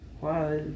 Wow